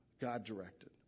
God-directed